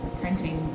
printing